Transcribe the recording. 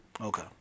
Okay